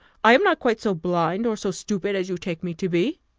i am not quite so blind, or so stupid, as you take me to be.